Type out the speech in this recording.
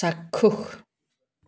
চাক্ষুষ